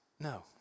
No